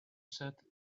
set